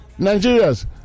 Nigerians